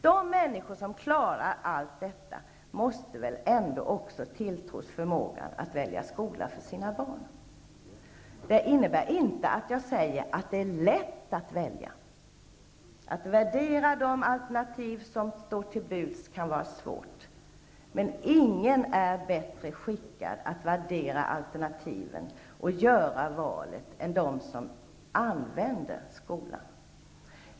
De människor som klarar allt detta måste väl ändå också tilltros förmågan att välja skola för sina barn. Det här innebär inte att jag säger att det är lätt att välja. Det kan vara svårt att värdera de alternativ som står till buds. Men ingen är bättre skickad att värdera alternativen och göra valet än de som använder skolan.